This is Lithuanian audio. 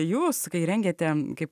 jūs rengiate kaip